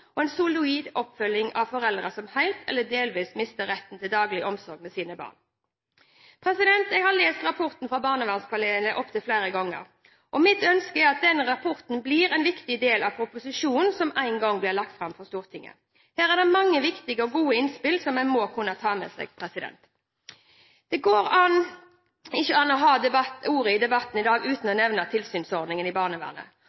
med en solid oppfølging av foreldre som helt eller delvis mister retten til daglig omsorg for sine barn. Jeg har lest rapporten fra Barnevernpanelet opptil flere ganger. Mitt ønske er at denne rapporten blir en viktig del av proposisjonen som en gang blir lagt fram for Stortinget. Her er det mange viktige og gode innspill som en må kunne ta med seg. Det går ikke an å ha ordet i debatten i dag uten